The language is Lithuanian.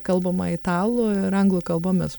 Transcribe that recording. kalbama italų ir anglų kalbomis